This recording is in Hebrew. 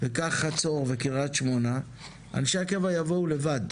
וקח חצור וקריית שמונה, אנשי הקבע יבואו לבד.